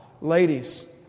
Ladies